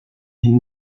hidden